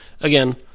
again